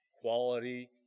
quality